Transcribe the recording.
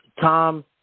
Tom